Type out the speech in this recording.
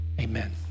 amen